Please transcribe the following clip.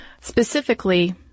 specifically